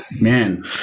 man